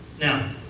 Now